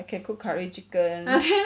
I can cook curry chicken